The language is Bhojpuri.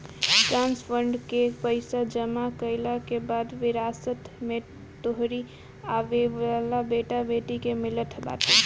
ट्रस्ट फंड कअ पईसा जमा कईला के बाद विरासत में तोहरी आवेवाला बेटा बेटी के मिलत बाटे